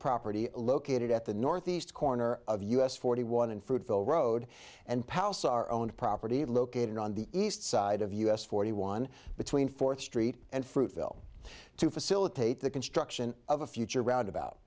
property located at the northeast corner of us forty one unfruitful road and palace our own property located on the east side of us forty one between fourth street and fruit fill to facilitate the construction of a future roundabout